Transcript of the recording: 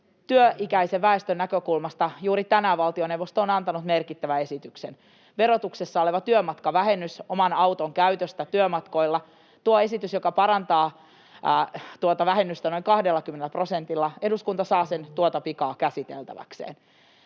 Työikäisen väestön näkökulmasta juuri tänään valtioneuvosto on antanut merkittävän esityksen: verotuksessa oleva työmatkavähennys oman auton käytöstä työmatkoilla. Tuon esityksen, joka parantaa tuota vähennystä noin 20 prosentilla, eduskunta saa tuota pikaa käsiteltäväkseen.